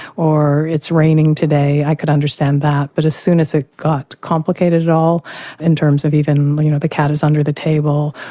or it's raining today i could understand that but as soon as it got complicated at all in terms of you know the cat is under the table,